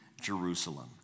Jerusalem